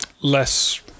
less